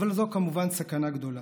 אבל זו כמובן סכנה גדולה.